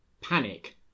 panic